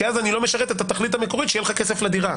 כי אז אני לא משרת את התכלית המקורית שיהיה לך כסף לדירה.